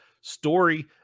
story